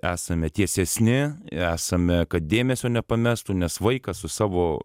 esame tiesesni esame kad dėmesio nepamestų nes vaikas su savo